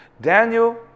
Daniel